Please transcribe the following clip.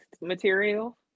material